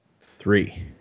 Three